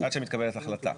עד שמתקבלת החלטה.